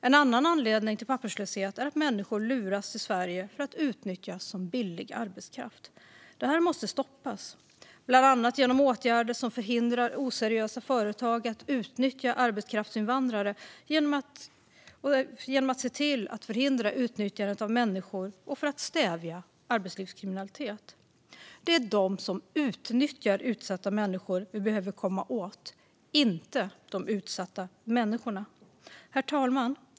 En annan anledning till papperslöshet är att människor luras till Sverige för att utnyttjas som billig arbetskraft. Detta måste stoppas, bland annat genom åtgärder som förhindrar oseriösa företag att utnyttja arbetskraftsinvandrare genom att se till att förhindra utnyttjandet av människor och för att stävja arbetslivskriminalitet. Det är de som utnyttjar utsatta människor som vi behöver komma åt, inte de utsatta människorna. Herr talman!